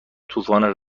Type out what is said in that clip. طوفان